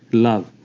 love,